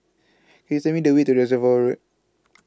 IS Tell Me The Way to Reservoir Road